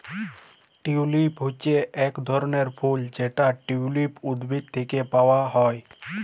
tulip হচ্যে এক ধরলের ফুল যেটা টিউলিপ উদ্ভিদ থেক্যে পাওয়া হ্যয়